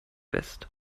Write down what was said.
west